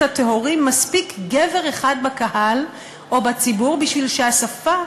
הטהורים מספיק גבר אחד בקהל או בציבור בשביל שהשפה,